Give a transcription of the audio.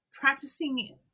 Practicing